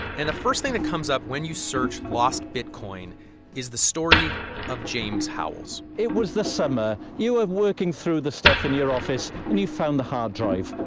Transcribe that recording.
and the first thing that comes up when you search lost bitcoin is the story of james howells it was the summer. you have working through the stuff in your office and you found the hard drive.